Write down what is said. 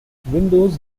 windows